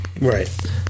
right